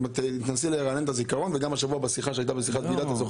זה גם מה שאמרתי בשיחת הוועידה וגם